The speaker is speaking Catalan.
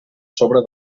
sobre